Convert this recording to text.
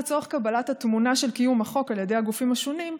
לצורך קבלת התמונה של קיום החוק על ידי הגופים השונים,